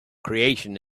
creation